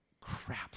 crap